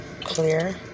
clear